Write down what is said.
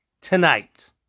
tonight